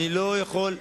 לרמת-אביב לא מכבדים,